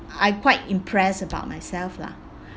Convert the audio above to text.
I quite impressed about myself lah